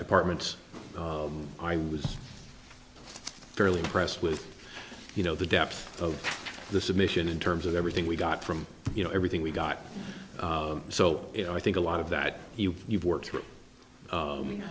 departments i was fairly impressed with you know the depth of the submission in terms of everything we got from you know everything we got so you know i think a lot of that you've worked through